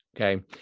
Okay